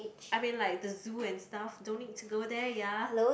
I mean like the zoo and stuff don't need to go there ya